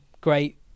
great